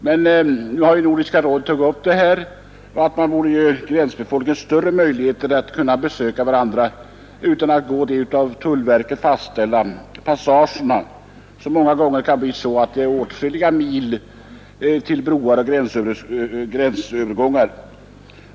Men nu har Nordiska rådet tagit upp detta, att man borde ge gränsbefolkningen större möjligheter att göra besök på ömse sidor gränsen utan att gå de av tullverket fastställda passagerna, som många gånger kan innebära att det är åtskilliga mil till broar och gränsövergångar.